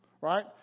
Right